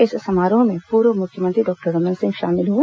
इस समारोह में पूर्व मुख्यमंत्री डॉक्टर रमन सिंह शामिल हुए